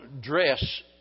dress